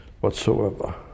whatsoever